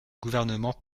gouvernement